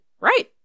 right